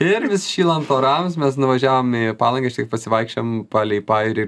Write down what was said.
ir vis šylant orams mes nuvažiavom į palangą pasivaikščiojom palei pajūrį